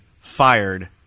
fired